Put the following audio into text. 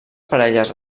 parelles